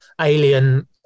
alien